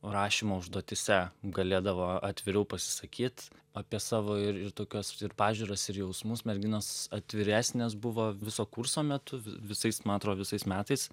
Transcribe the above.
rašymo užduotyse galėdavo atviriau pasisakyt apie savo ir ir tokias pažiūras ir jausmus merginos atviresnės buvo viso kurso metu vi visais man atro visais metais